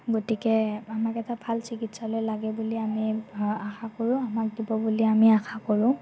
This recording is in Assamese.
গতিকে আমাক এটা ভাল চিকিৎসালয় লাগে বুলি আমি আশা কৰোঁ আমাক দিব বুলি আমি আশা কৰোঁ